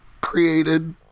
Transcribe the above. created